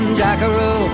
jackaroo